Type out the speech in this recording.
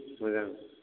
मोजां